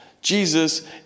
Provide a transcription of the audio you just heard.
Jesus